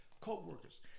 co-workers